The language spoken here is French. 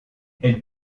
elle